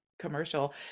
commercial